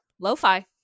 lo-fi